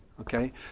Okay